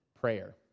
prayer